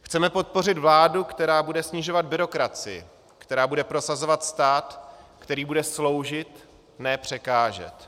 Chceme podpořit vládu, která bude snižovat byrokracii, která bude prosazovat stát, který bude sloužit, ne překážet.